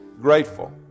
grateful